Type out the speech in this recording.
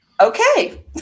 Okay